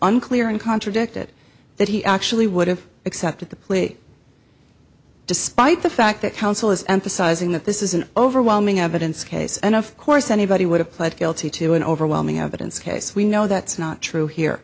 unclear and contradicted that he actually would have accepted the plea despite the fact that counsel is emphasizing that this is an overwhelming evidence case and of course anybody would have pled guilty to an overwhelming evidence case we know that's not true here